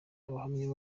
abahamya